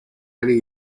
many